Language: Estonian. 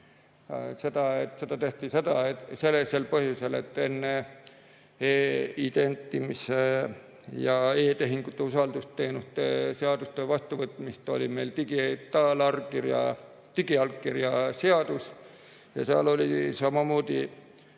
veel, et seda tehti sellisel põhjusel, et enne e-identimise ja e-tehingute usaldusteenuste seaduse vastuvõtmist oli meil digiallkirja seadus ja seal oli samamoodi